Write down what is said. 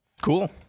Cool